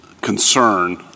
concern